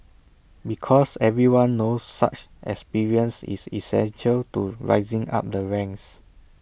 because everyone knows such experience is essential to rising up the ranks